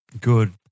Good